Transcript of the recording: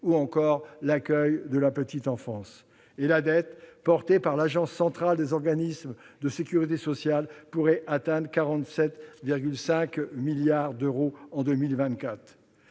ou encore l'accueil de la petite enfance. C'est une injustice totale. La dette portée par l'Agence centrale des organismes de sécurité sociale pourrait atteindre 47,5 milliards d'euros en 2024.